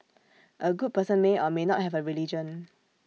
A good person may or may not have A religion